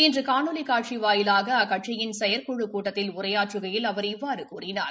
இன்று காணொலி காட்சி வாயிலாக அக்கட்சியின் செயற்குழுக் கூட்டத்தில் உரையாற்றுகையில் அவர் இவ்வாறு கூறினார்